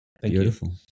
beautiful